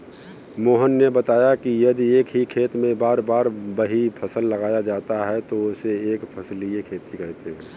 मोहन ने बताया कि यदि एक ही खेत में बार बार वही फसल लगाया जाता है तो उसे एक फसलीय खेती कहते हैं